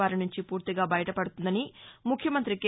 బారి నుంచి పూర్తిగా బయటపడుతుందని ముఖ్యమంత్రి కె